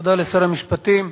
תודה לשר המשפטים.